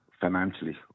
financially